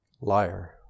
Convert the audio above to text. liar